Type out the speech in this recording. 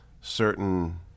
certain